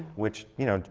which, you know,